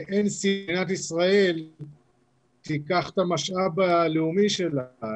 אין סיבה שמדינת ישראל תיקח את המשאב הלאומי שלה,